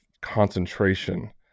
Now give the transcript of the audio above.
concentration